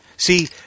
See